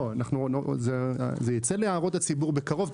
זה ייצא להערות הציבור בקרוב,